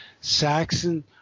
Saxon